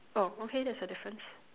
oh okay that's a difference